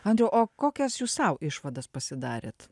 andriau o kokias jūs sau išvadas pasidarėt